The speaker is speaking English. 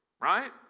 right